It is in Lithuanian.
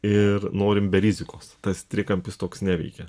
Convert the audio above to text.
ir norim be rizikos tas trikampis toks neveikia